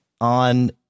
on